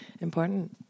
Important